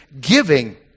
giving